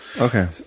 Okay